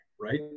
right